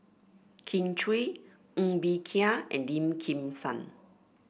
Kin Chui Ng Bee Kia and Lim Kim San